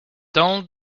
donald